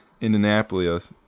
indianapolis